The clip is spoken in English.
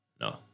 No